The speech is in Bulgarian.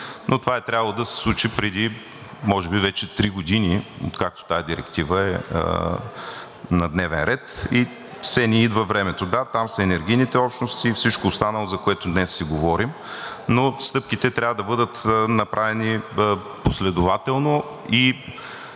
Но това е трябвало да се случи преди може би вече три години, откакто тази директива е на дневен ред и все не ѝ идва времето. Да, там са енергийните общности, всичко останало, за което днес си говорим, но стъпките трябва да бъдат направени последователно и